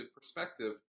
perspective